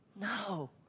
No